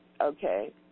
Okay